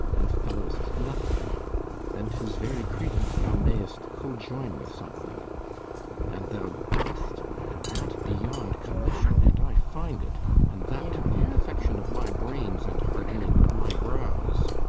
and fellow'st nothing then tis very credent thou mayst co-join with something and thou dost and that beyond commission and i find it and that to the infection of my brains and hardening of my brows.